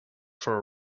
for